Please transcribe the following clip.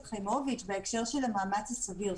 מיקי חיימוביץ' בהקשר של המאמץ הסביר.